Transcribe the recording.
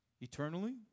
eternally